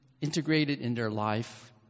integrated-in-their-life